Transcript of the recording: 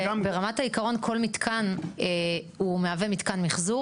ברמת העיקרון כל מתקן הוא מהווה מתקן מחזור